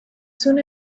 soon